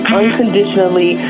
unconditionally